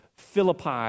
Philippi